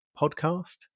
podcast